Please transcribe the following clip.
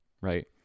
Right